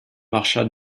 marcha